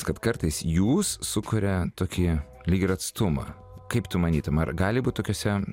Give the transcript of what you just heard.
kad kartais jūs sukuria tokį lyg ir atstumą kaip tu manytum ar gali būt tokiuose